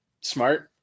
smart